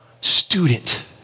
student